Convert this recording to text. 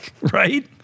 right